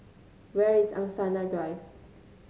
where is Angsana Drive